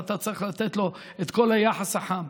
ואתה צריך לתת לו את כל היחס החם.